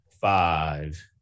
Five